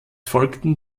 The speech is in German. folgten